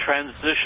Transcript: transition